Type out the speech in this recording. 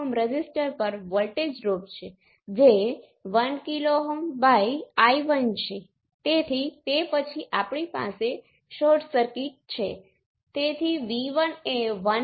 તેથી આ કિસ્સામાં ફોર્વર્ડ ના ભાગરૂપે તમે અન્ય નેટવર્ક્સના બે પોર્ટ પેરામિટર માટે હલ કરી શક્યા હોત જેમાં ફક્ત રેઝિસ્ટરનો સમાવેશ થાય છે